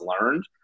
learned